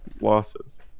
losses